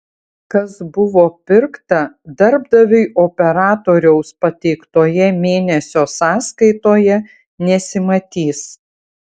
kas buvo pirkta darbdaviui operatoriaus pateiktoje mėnesio sąskaitoje nesimatys